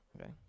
okay